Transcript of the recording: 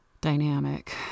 dynamic